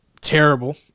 Terrible